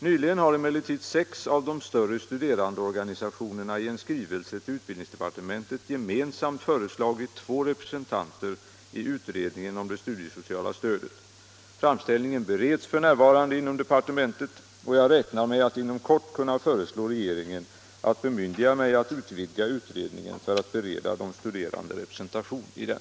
Nyligen har emellertid sex av de större studerandeorganisationerna i en skrivelse till utbildningsdepartementet gemensamt föreslagit två representanter i utredningen om det studiesociala stödet. Framställningen bereds f.n. inom departementet. Jag räknar med att inom kort kunna föreslå regeringen att bemyndiga mig att utvidga utredningen för att bereda de studerande representation i den.